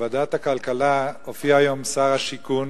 בוועדת הכלכלה הופיע היום שר השיכון